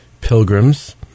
pilgrims